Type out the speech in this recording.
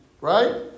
Right